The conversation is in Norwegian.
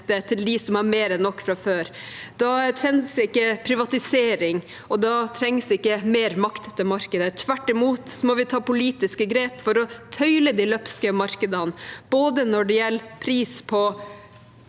til dem som har mer enn nok fra før. Da trengs ikke privatisering, og da trengs ikke mer makt til markedet. Tvert imot må vi ta politiske grep for å tøyle de løpske markedene når det gjelder pris på